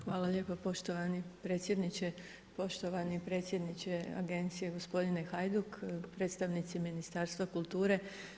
Hvala lijepa poštovani predsjedniče, poštovani predsjedniče agencije gospodine Hajduk, predstavnici Ministarstva kulture.